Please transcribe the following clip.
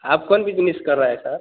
आप कौन बिजिनिस कर रहा है सर